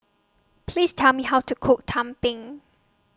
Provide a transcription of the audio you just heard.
Please Tell Me How to Cook Tumpeng